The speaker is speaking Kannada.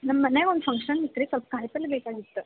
ನಮ್ಮನ್ಯಾಗೆ ಒಂದು ಫಂಕ್ಷನ್ ಇತ್ತರೀ ಸ್ವಲ್ಪ ಕಾಯಿಪಲ್ಲೆ ಬೇಕಾಗಿತ್ತು